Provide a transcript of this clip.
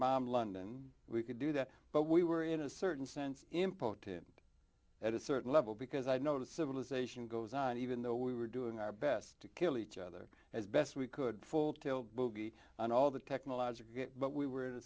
bomb london we could do that but we were in a certain sense important at a certain level because i noticed civilization goes on even though we were doing our best to kill each other as best we could full tilt boogie and all the technological but we were